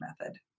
method